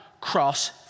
cross